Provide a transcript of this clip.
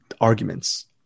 arguments